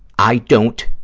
i don't,